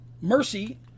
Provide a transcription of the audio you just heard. Mercy